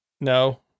No